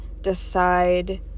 decide